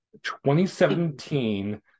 2017